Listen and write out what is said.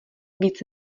víc